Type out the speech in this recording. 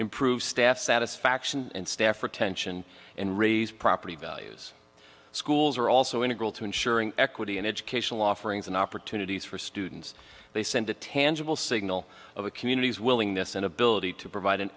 improve staff satisfaction and staff or tension and raise property values schools are also integral to ensuring equity and educational offerings and opportunities for students they send a tangible signal of a community's willingness and ability to provide an